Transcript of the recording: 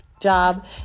job